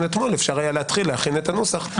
אתמול אפשר היה להתחיל להכין את הנוסח,